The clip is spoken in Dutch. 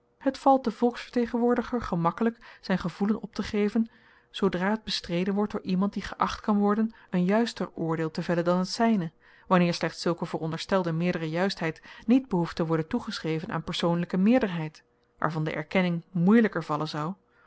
het valt den volksvertegenwoordiger gemakkelyk zyn gevoelen optegeven zoodra t bestreden wordt door iemand die geacht kan worden een juister oordeel te vellen dan het zyne wanneer slechts zulke veronderstelde meerdere juistheid niet behoeft te worden toegeschreven aan persoonlyke meerderheid waarvan de erkenning moeielyker vallen zou doch